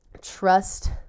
trust